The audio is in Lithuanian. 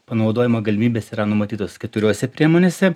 panaudojimo galimybės yra numatytos keturiose priemonėse